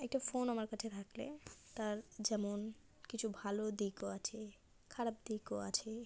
একটা ফোন আমার কাছে থাকলে তার যেমন কিছু ভালো দিকও আছে খারাপ দিকও আছে